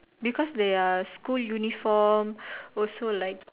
because their school uniform also like